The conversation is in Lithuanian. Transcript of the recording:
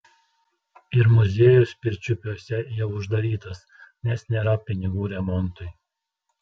ir muziejus pirčiupiuose jau uždarytas nes nėra pinigų remontui